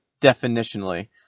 definitionally